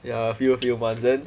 ya a few a few months then